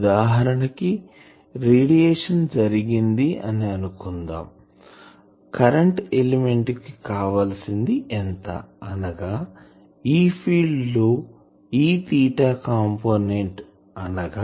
ఉదాహరణ కి రేడియేషన్ జరిగింది అనుకుందాంకరెంటు ఎలిమెంట్ కి కావలిసింది ఎంత అనగా E ఫీల్డ్ లో E తీటా కంపోనెంట్ అనగా 1 బై r